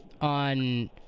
on